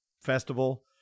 festival